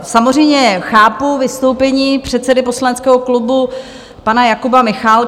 Samozřejmě chápu vystoupení předsedy poslaneckého klubu pana Jakuba Michálka.